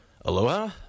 Aloha